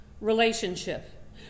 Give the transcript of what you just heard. relationship